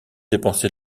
dépenser